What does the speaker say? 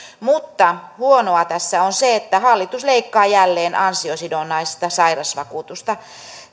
mutta huonoa tässä on se että hallitus leikkaa jälleen ansiosidonnaista sairausvakuutusta